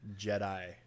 Jedi